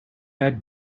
had